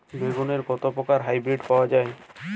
বেগুনের কত প্রকারের হাইব্রীড পাওয়া যায়?